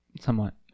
Somewhat